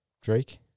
Drake